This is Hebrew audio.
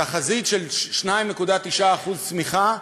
תחזית של 2.9% צמיחה,